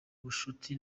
bucuti